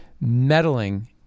meddling